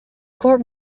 court